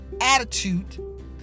attitude